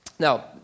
Now